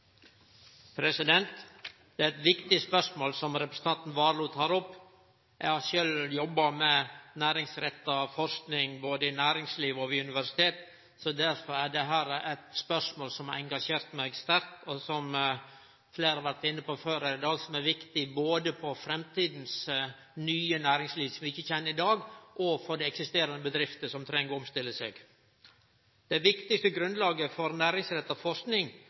langt. Det er eit viktig spørsmål representanten Warloe tek opp. Eg har sjølv jobba med næringsretta forsking både i næringslivet og ved universitet – derfor er dette eit spørsmål som har engasjert meg sterkt, og, som fleire har vore inne på før i dag, som er viktig både for framtidas nye næringsliv, som vi ikkje kjenner i dag, og for dei eksisterande bedriftene som treng å omstille seg. Det viktigaste grunnlaget for næringsretta